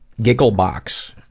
Gigglebox